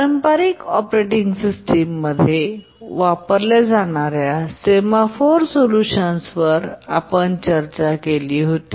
पारंपारिक operating system मध्ये वापरल्या जाणार्या सेमॉफोर सोल्यूशनवर आपण चर्चा केली होती